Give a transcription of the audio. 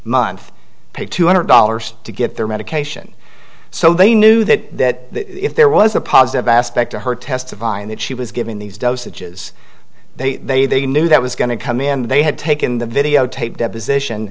month paid two hundred dollars to get their medication so they knew that if there was a positive aspect to her testifying that she was giving these dosages they they they knew that was going to come in and they had taken the videotape deposition